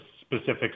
specific